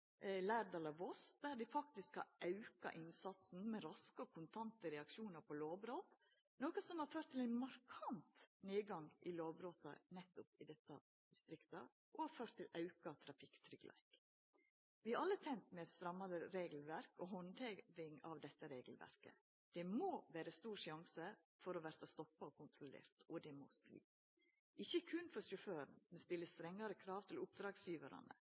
Lærdal og Voss. Dei har auka innsatsen når det gjeld raske og kontante reaksjonar på lovbrot, noko som har ført til ein markant nedgang i lovbrota i desse distrikta og til auka trafikktryggleik. Vi er alle tente med eit strammare regelverk og handheving av dette regelverket. Det må vera stor risiko for å verta stoppa og kontrollert, og det må svi – ikkje berre for sjåføren. Vi stiller strengare krav til oppdragsgjevarane.